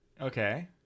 Okay